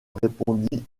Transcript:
répondit